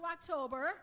October